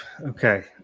Okay